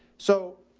so,